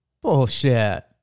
Bullshit